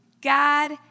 God